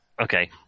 Okay